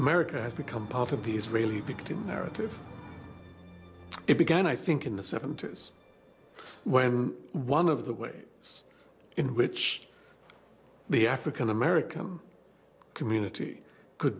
america has become part of the israeli victim narrative it began i think in the seventy's when one of the way it's in which the african american community could